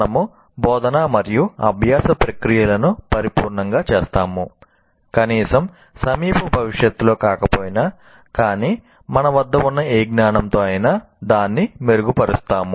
మనము బోధన మరియు అభ్యాస ప్రక్రియలను పరిపూర్ణంగా చేస్తాము కనీసం సమీప భవిష్యత్తులో కాకపోయినా కానీ మన వద్ద ఉన్న ఏ జ్ఞానంతో అయినా దాన్ని మెరుగుపరుస్తాము